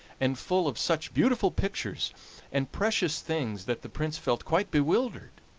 and full of such beautiful pictures and precious things that the prince felt quite bewildered.